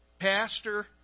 Pastor